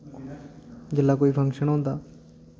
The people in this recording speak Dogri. जिसलै कोई फंक्शन होंदा